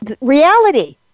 reality